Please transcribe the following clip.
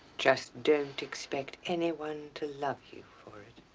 just don't expect anyone to love you for it.